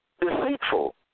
deceitful